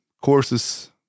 courses